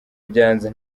byanze